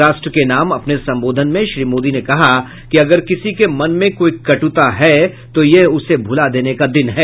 राष्ट्र के नाम अपने संबोधन में श्री मोदी ने कहा कि अगर किसी के मन में कोई कटुता है तो यह उसे भुला देने का दिन है